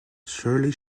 surly